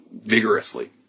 vigorously